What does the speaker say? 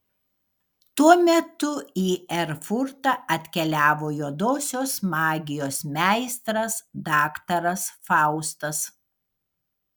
tuo metu į erfurtą atkeliavo juodosios magijos meistras daktaras faustas